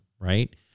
right